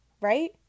right